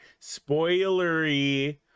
spoilery